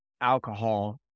alcohol